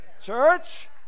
Church